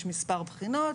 יש מספר בחינות,